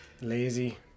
lazy